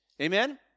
Amen